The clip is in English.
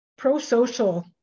pro-social